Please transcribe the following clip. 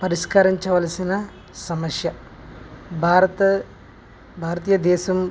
పరిష్కరించవలసిన సమస్య భారత భారతీయ దేశం